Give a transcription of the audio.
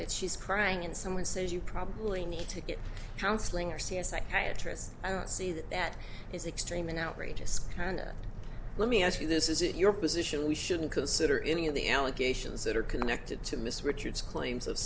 that she's crying and someone says you probably need to get counseling or see a psychiatrist i don't see that that is extreme and outrageous kind let me ask you this is it your position we shouldn't consider any of the allegations that are connected to mr richards claims of